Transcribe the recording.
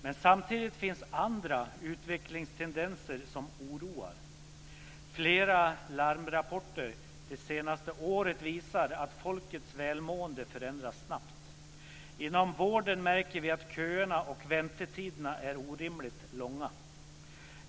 Men samtidigt finns andra utvecklingstendenser som oroar. Flera larmrapporter det senaste året visar att folkets välmående förändras snabbt. Inom vården märker vi att köerna och väntetiderna är orimligt långa.